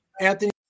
Anthony